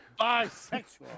bisexual